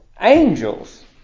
Angels